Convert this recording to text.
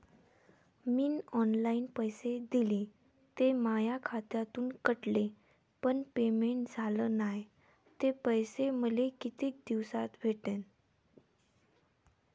मीन online पैसे दिले, ते माया खात्यातून कटले, पण पेमेंट झाल नायं, ते पैसे मले कितीक दिवसात वापस भेटन?